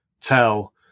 tell